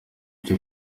cyo